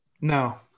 No